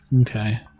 Okay